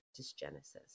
dysgenesis